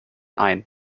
ein